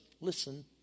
Listen